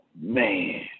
man